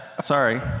sorry